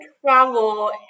travel